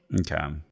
Okay